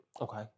Okay